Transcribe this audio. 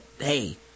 hey